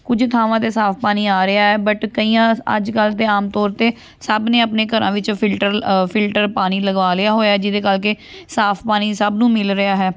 ਕੁਝ ਥਾਵਾਂ 'ਤੇ ਸਾਫ ਪਾਣੀ ਆ ਰਿਹਾ ਬਟ ਕਈਆਂ ਅੱਜ ਕੱਲ੍ਹ ਤਾਂ ਆਮ ਤੌਰ 'ਤੇ ਸਭ ਨੇ ਆਪਣੇ ਘਰਾਂ ਵਿੱਚੋਂ ਫਿਲਟਰ ਲ ਫਿਲਟਰ ਪਾਣੀ ਲਗਵਾ ਲਿਆ ਹੋਇਆ ਜਿਹਦੇ ਕਰਕੇ ਸਾਫ ਪਾਣੀ ਸਭ ਨੂੰ ਮਿਲ ਰਿਹਾ ਹੈ